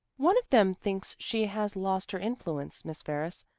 one of them thinks she has lost her influence, miss ferris,